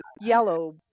yellow